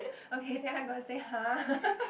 okay then I gonna say !huh!